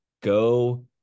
go